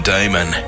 Damon